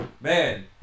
Man